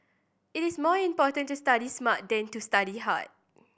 it is more important to study smart than to study hard